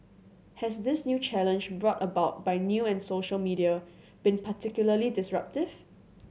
has this new challenge brought about by new and social media been particularly disruptive